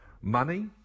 money